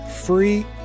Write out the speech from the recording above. free